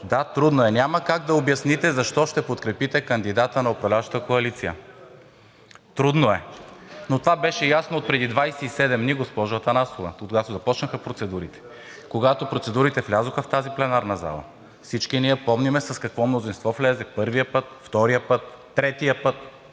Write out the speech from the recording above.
Да, трудно е. Няма как да обясните защо ще подкрепите кандидата на управляващата коалиция. Трудно е. Това беше ясно отпреди 27 дни, госпожо Атанасова, когато започнаха процедурите, когато процедурите влязоха в тази пленарна зала. Всички ние помним с какво мнозинство влезе първия път, втория път, третия път.